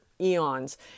eons